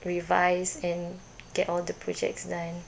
revise and get all the projects done